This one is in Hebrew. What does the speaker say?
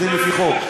עובדים לפי החוק.